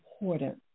important